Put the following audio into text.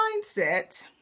mindset